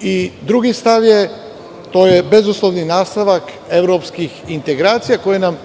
i drugi stav je bezuslovni nastavak evropskih integracija koje nam